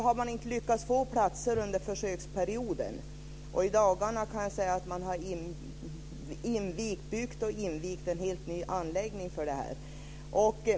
Man har inte lyckats få platser under försöksperioden, men man har byggt upp en helt ny anläggning, som har invigts i dagarna.